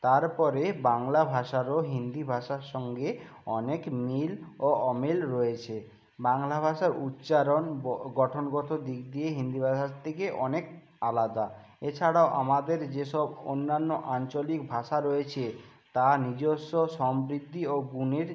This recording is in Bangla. তারপরে বাংলা ভাষারও হিন্দি ভাষার সঙ্গে অনেক মিল ও অমিল রয়েছে বাংলা ভাষার উচ্চারণ গঠনগত দিক দিয়ে হিন্দি ভাষার থেকে অনেক আলাদা এছাড়াও আমাদের যেসব অন্যান্য আঞ্চলিক ভাষা রয়েছে তা নিজস্ব সমৃদ্ধি ও গুণের